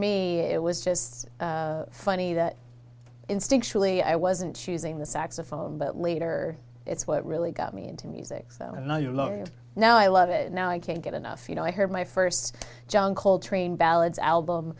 me it was just so funny that instinctually i wasn't choosing the saxophone but later it's what really got me into music so and i love you now i love it now i can't get enough you know i heard my first john coltrane ballads album